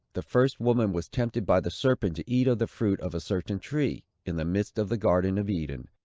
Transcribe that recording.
the first woman was tempted by the serpent to eat of the fruit of a certain tree, in the midst of the garden of eden,